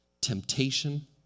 temptation